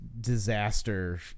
disaster